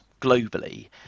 globally